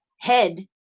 head